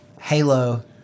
Halo